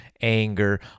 anger